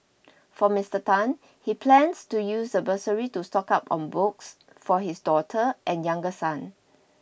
for Mister Tan he plans to use the bursary to stock up on books for his daughter and younger son